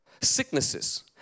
sicknesses